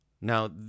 Now